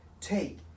Take